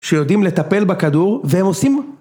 שיודעים לטפל בכדור, והם עושים.